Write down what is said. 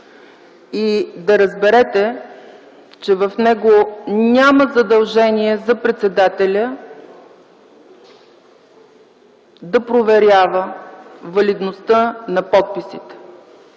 и да разберете, че в него няма задължение за председателя да проверява валидността на подписите.